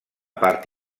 part